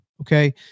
Okay